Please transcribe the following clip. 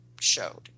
showed